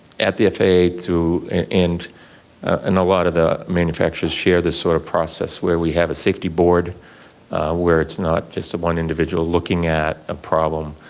at the faa too, and and a lot of the manufacturers share this sort of process where we have a safety board where it's not just one individual looking at a problem.